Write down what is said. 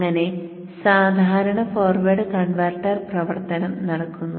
അങ്ങനെ സാധാരണ forward converter പ്രവർത്തനം നടക്കുന്നു